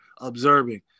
observing